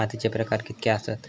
मातीचे प्रकार कितके आसत?